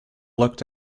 looked